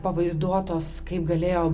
pavaizduotos kaip galėjo